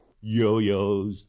Yo-yos